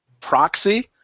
proxy